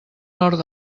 nord